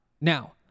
Now